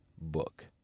book